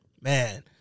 Man